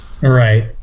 right